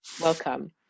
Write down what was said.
Welcome